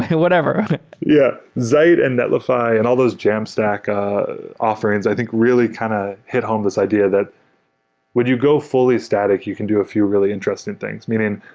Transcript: whatever yeah. zeit and netlify and all those jamstack offerings i think really kind of hit home this idea that when you go fully static, you can do a few really interesting things. meaning,